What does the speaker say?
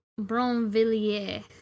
Bronvilliers